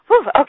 Okay